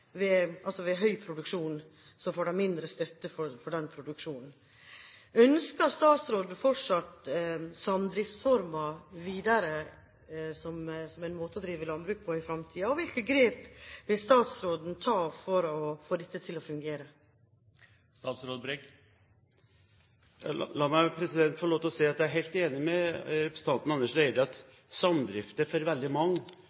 ved høy produksjon får de altså mindre støtte. Ønsker statsråden fortsatt samdriftsformer som en måte å drive landbruk på i fremtiden, og hvilke grep vil statsråden ta for å få dette til å fungere? La meg få si at jeg er helt enig med representanten Andersen Eide i at samdrifter for veldig mange